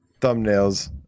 thumbnails